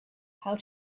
how